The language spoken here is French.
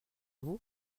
vous